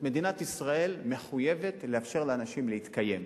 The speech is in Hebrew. מדינת ישראל מחויבת לאפשר לאנשים להתקיים.